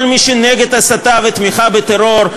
כל מי שהוא נגד הסתה ותמיכה בטרור,